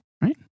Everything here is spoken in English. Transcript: Right